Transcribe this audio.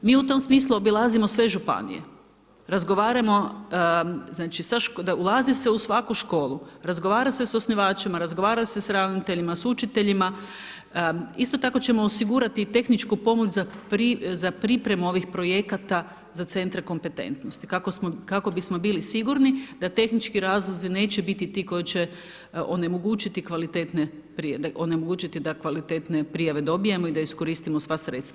Mi u tom smislu obilazimo sve županije, razgovaramo znači, ulazi se u svaku školu, razgovara se s osnivačima, razgovara se s ravnateljima, sa učiteljima, isto tako ćemo osigurati i tehničku pomoć za pripremu ovih projekata za centre kompetentnosti, kako bismo bili sigurni da tehnički razlozi neće biti ti koji će onemogućiti kvalitetne … onemogućiti da kvalitetne prijave dobijemo i da iskoristimo sva sredstva.